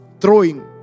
throwing